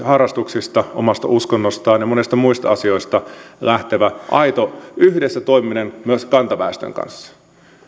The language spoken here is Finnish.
harrastuksista omasta uskonnostaan ja monista muista asioista lähtevä aito yhdessä toimiminen myös kantaväestön kanssa